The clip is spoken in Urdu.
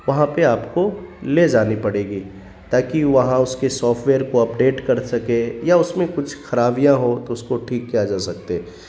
وہاں پہ آپ کو لے جانی پڑے گی تاکہ وہاں اس کے سافٹ ویئر کو اپڈیٹ کر سکے یا اس میں کچھ خرابیاں ہو تو اس کو ٹھیک کیا جا سکتے